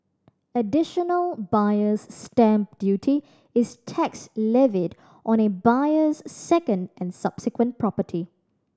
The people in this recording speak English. Additional Buyer's Stamp Duty is tax levied on a buyer's second and subsequent property